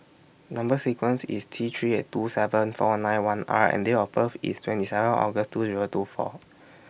Number sequence IS T three eight two seven four nine one R and Date of birth IS twenty seven August two Zero two four